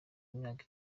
imyaka